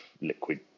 liquid